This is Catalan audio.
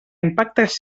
impactes